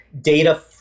Data